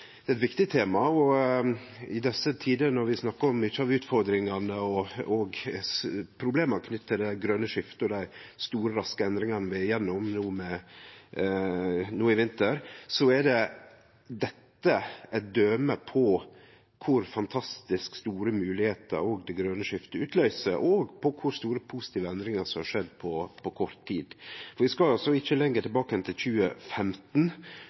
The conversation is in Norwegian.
det er eit viktig tema. I desse tider, når vi snakkar om mykje av utfordringane og problema knytte til det grøne skiftet og dei store og raske endringane vi er igjennom no i vinter, er dette eit døme på kor fantastisk store moglegheiter det grøne skiftet utløyser, og på kor store, positive endringar som har skjedd på kort tid. Vi skal ikkje lenger tilbake enn til 2015